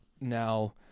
now